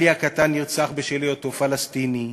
עלי הקטן נרצח בשל היותו פלסטיני.